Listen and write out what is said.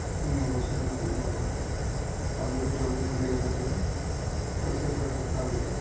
نہیں نہیں وہ سب میر کو نہیں معلوم ہے آپ جو ہے چوبیس گھنٹے کے اندر جو ہے پیسے آپ رٹرن کرا دیجیے